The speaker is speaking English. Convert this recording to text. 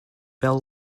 bell